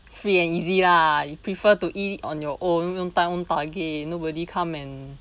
free and easy lah you prefer to eat it on your own own time own target nobody come and